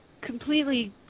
completely